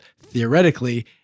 theoretically